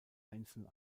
einzeln